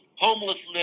homelessness